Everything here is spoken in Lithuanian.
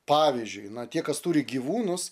pavyzdžiui na tie kas turi gyvūnus